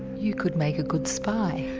you could make a good spy.